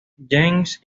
james